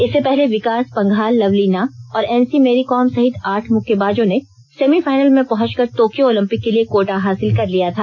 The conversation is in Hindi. इससे पहले विकास पंघाल लवलीना और एमसी मैरीकॉम सहित आठ मुक्केबाजों ने सेमीफाइनल में पहुंचकर तोक्यो ओलम्पिक के लिए कोटा हासिल कर लिया था